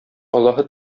аллаһы